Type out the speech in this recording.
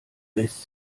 lässt